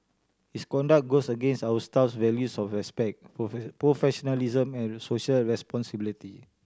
his conduct goes against our staff values of respect professionalism and social responsibility